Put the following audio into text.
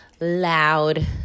loud